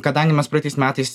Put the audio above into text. kadangi mes praeitais metais